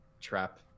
trap